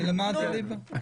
אני למדתי ליבה.